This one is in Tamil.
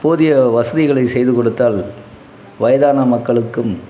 போதிய வசதிகளை செய்து கொடுத்தால் வயதான மக்களுக்கும்